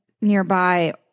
nearby